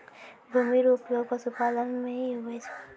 भूमि रो उपयोग पशुपालन मे भी हुवै छै